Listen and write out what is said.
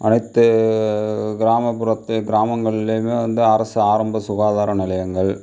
அனைத்து கிராமப்புறத்து கிராமங்களையுமே வந்து அரசு ஆரம்ப சுகாதார நிலையங்கள்